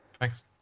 thanks